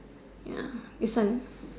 ya your same